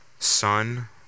Son